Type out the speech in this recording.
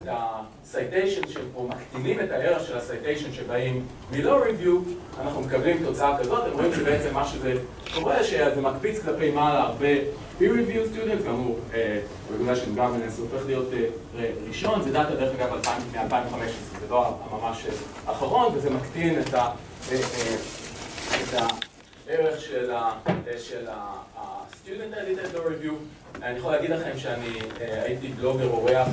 הסייטיישן שפה מקטינים את הערך של הסייטיישן שבאים מ-law review אנחנו מקבלים תוצאה כזאת, הם רואים שבעצם מה שזה קורה זה שזה מקפיץ כלפי מעלה הרבה b review סטודנט, כאמור, רגולה של גמר נאסור, צריך להיות ראשון זה דאטה דרך אגב מ-2015, זה לא הממש האחרון וזה מקטין את הערך של הסטודנט הלידה בלא ריוויוב אני יכול להגיד לכם שאני הייתי בלוגר אורח